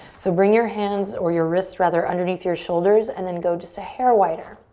so bring your hands, or your wrists, rather, underneath your shoulders and then go just a hair wider.